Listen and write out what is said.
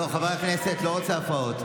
לא, חברי הכנסת, לא רוצה הפרעות.